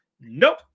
nope